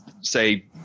say